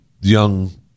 young